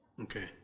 Okay